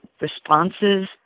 responses